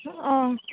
अ